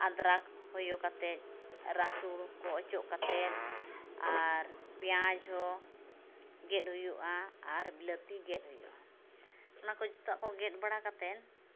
ᱟᱫᱽᱨᱟᱠ ᱦᱚᱭᱚ ᱠᱟᱛᱮᱫ ᱨᱟᱥᱩᱱᱠᱚ ᱚᱪᱚᱜ ᱠᱟᱛᱮᱫ ᱟᱨ ᱯᱮᱸᱭᱟᱡᱽᱦᱚᱸ ᱜᱮᱫ ᱦᱩᱭᱩᱜᱼᱟ ᱟᱨ ᱵᱤᱞᱟᱹᱛᱤ ᱜᱮᱫ ᱦᱩᱭᱩᱜᱼᱟ ᱚᱱᱟᱠᱚ ᱡᱚᱛᱚᱣᱟᱜᱠᱚ ᱜᱮᱫᱵᱟᱲᱟ ᱠᱟᱛᱮᱱ